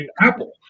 Apple